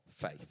faith